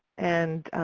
and